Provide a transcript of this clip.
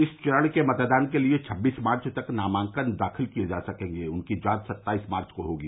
इस चरण के मतदान के लिए छबीस मार्च तक नामांकन दाखिल किये जा सकेंगे और उनकी जांच सत्ताईस मार्च को होगी